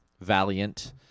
Valiant